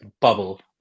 bubble